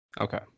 Okay